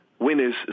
Winner's